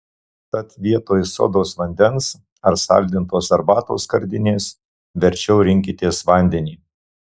tad vietoj sodos vandens ar saldintos arbatos skardinės verčiau rinkitės vandenį